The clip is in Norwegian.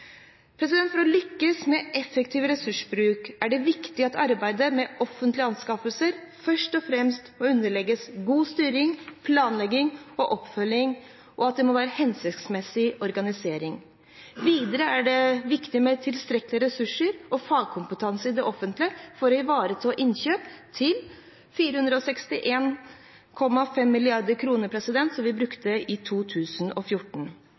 siden. For å lykkes med effektiv ressursbruk er det viktig at arbeidet med offentlige anskaffelser først og fremst må underlegges god styring, planlegging og oppfølging, og det må være en hensiktsmessig organisering. Videre er det viktig med tilstrekkelige ressurser og fagkompetanse i det offentlige for å ivareta innkjøp til 461,5 mrd. kr, som vi brukte i 2014.